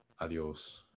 Adios